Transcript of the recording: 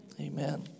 Amen